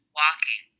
walking